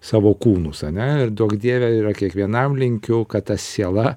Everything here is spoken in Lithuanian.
savo kūnus ane ir duok dieve yra kiekvienam linkiu kad ta siela